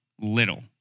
Little